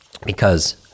Because-